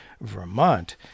Vermont